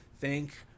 thank